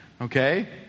Okay